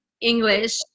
english